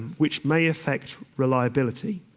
which may affect reliability.